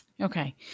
Okay